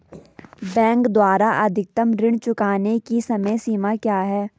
Bank द्वारा अधिकतम ऋण चुकाने की समय सीमा क्या है?